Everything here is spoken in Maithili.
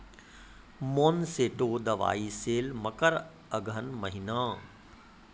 मोनसेंटो दवाई सेल मकर अघन महीना,